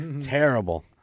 Terrible